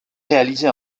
réaliser